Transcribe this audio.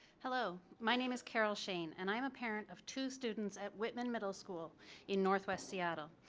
hello my name is carol shane and i'm a parent of two students at whitman middle school in northwest seattle.